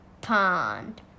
pond